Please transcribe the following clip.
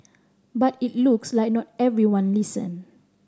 but it looks like not everyone listened